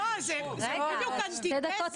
אז זה דיון חגיגי.